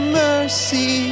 mercy